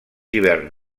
hiverns